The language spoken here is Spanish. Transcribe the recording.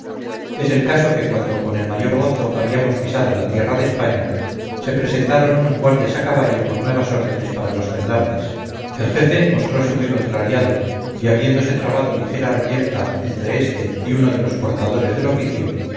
es el caso que cuando con el mayor gozo habíamos pisado la tierra de españa se presentaron unos guardias a caballo con nuevas órdenes para los gendarmes el jefe mostrose muy contrariado y habiéndose trabado ligera reyerta entre este y uno de los portadores del oficio